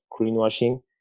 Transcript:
greenwashing